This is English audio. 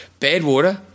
Badwater